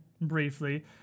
briefly